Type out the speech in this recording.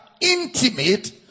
intimate